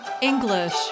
English